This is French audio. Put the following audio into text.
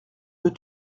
nous